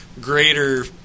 greater